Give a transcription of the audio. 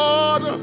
Lord